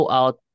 out